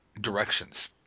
directions